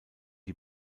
die